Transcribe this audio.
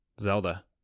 Zelda